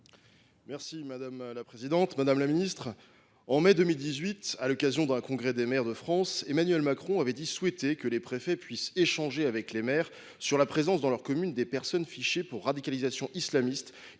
mer. Madame la ministre, au mois de mai 2018, à l’occasion du Congrès des maires de France, Emmanuel Macron avait dit souhaiter que les préfets puissent échanger avec les maires sur la présence, dans leurs communes, des personnes fichées pour radicalisation islamiste